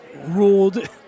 ruled